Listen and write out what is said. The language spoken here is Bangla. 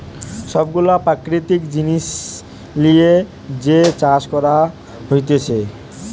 সব গুলা প্রাকৃতিক জিনিস লিয়ে যে চাষ করা হতিছে